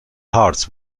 hearts